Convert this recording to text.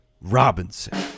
Robinson